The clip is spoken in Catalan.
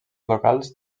locals